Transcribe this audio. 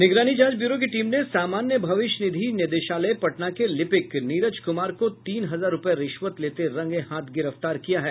निगरानी जांच ब्यूरो की टीम ने सामान्य भविष्य निधि निदेशालय पटना के लिपिक नीरज कुमार को तीन हजार रूपये रिश्वत लेते रंगे हाथ गिरफ्तार किया है